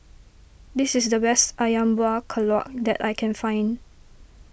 this is the best Ayam Buah Keluak that I can find